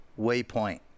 WAYPOINT